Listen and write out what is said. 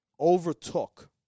overtook